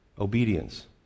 obedience